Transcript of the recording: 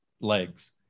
legs